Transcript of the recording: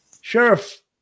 Sheriff